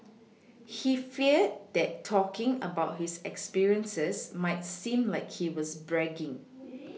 he feared that talking about his experiences might seem like he was bragging